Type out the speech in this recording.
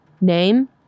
name